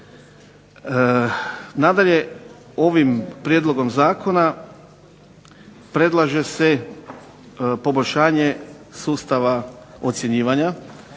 Nadalje, ovim prijedlogom zakona predlaže se poboljšanje sustava ocjenjivanja,